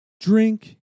Drink